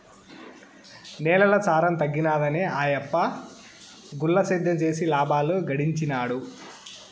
నేలల సారం తగ్గినాదని ఆయప్ప గుల్ల సేద్యం చేసి లాబాలు గడించినాడు